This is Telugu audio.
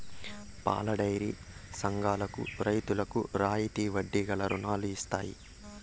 పాలడైరీ సంఘాలకు రైతులకు రాయితీ వడ్డీ గల రుణాలు ఇత్తయి